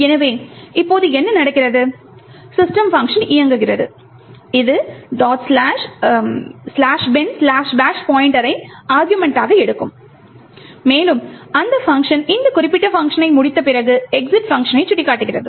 எனவே இப்போது என்ன நடக்கிறது system பங்க்ஷன் இயங்குகிறது இது "binbash" பாய்ண்ட்டரை அருகுமெண்ட்டாக எடுக்கும் மேலும் அந்த பங்க்ஷன் இந்த குறிப்பிட்ட பங்க்ஷனை முடித்த பிறகு exit பங்க்ஷனை சுட்டிக்காட்டுகிறது